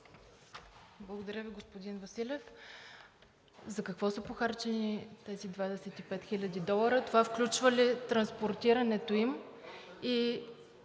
Благодаря Ви, господин Василев. За какво са похарчени тези 25 000 долара? Това включва ли транспортирането им